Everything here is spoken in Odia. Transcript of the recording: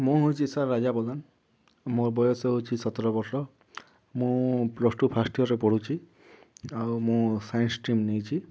ମୁଁ ହେଉଛି ସାର୍ ରାଜା ପ୍ରଧାନ ମୋର ବୟସ ହେଉଛି ସତର ବର୍ଷ ମୁଁ ପ୍ଲସ୍ ଟୁ ଫାଷ୍ଟ ଇୟର୍ରେ ପଢ଼ୁଛି ଆଉ ମୁଁ ସାଇନ୍ସ ଷ୍ଟ୍ରିମ୍ ନେଇଛି